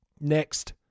Next